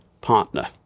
partner